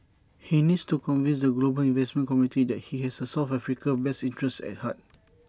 he needs to convince the global investment community that he has south Africa's best interests at heart